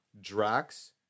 Drax